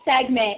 segment